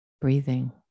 breathing